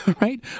Right